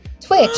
Twitch